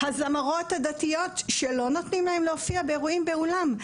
הזמרות הדתיות שלא נותנים להן להופיע באירועים באולם.